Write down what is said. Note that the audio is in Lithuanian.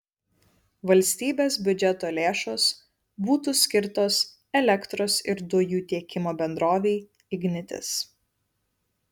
valstybės biudžeto lėšos būtų skirtos elektros ir dujų tiekimo bendrovei ignitis